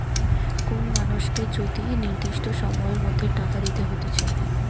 কোন মানুষকে যদি নির্দিষ্ট সময়ের মধ্যে টাকা দিতে হতিছে